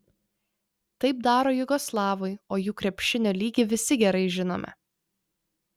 taip daro jugoslavai o jų krepšinio lygį visi gerai žinome